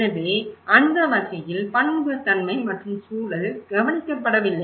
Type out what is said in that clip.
எனவே அந்த வகையில் பன்முகத்தன்மை மற்றும் சூழல் கவனிக்கப்படவில்லை